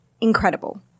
Incredible